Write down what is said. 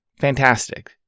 Fantastic